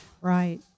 right